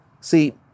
See